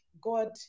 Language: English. God